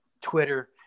Twitter